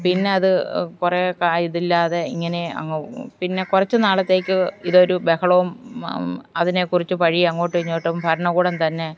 പിന്നെ അത് കുറേ ക ഇതില്ലാതെ ഇങ്ങനെ അങ്ങ് പിന്നെ കുറച്ച് നാളത്തേക്ക് ഇതൊരു ബഹളവും അതിനെ കുറിച്ച് പഴി അങ്ങോട്ടും ഇങ്ങോട്ടും ഭരണകൂടം തന്നെ